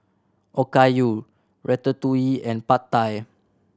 Okayu Ratatouille and Pad Thai